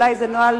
לאט,